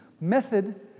method